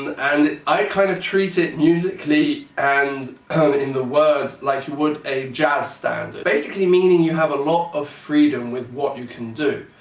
and i kind of treat it musically and in the words like you would a jazz standard. basically meaning, you have a lot of freedom with what you can do.